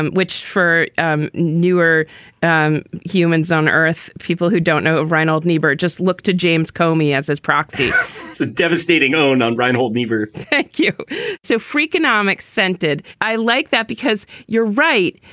and which for um newer and humans on earth, people who don't know ah reinhold niebuhr just look to james comey as his proxy so devastating. owen on reinhold niebuhr, thank you so freakonomics scented. i like that because you're right.